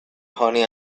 honey